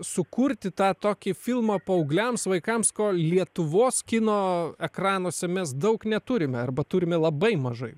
sukurti tą tokį filmą paaugliams vaikams ko lietuvos kino ekranuose mes daug neturime arba turime labai mažai